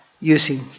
using